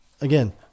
again